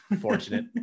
Fortunate